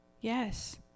Yes